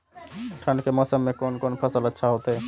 ठंड के मौसम में कोन कोन फसल अच्छा होते?